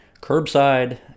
curbside